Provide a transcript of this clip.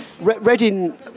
Reading